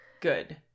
good